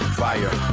fire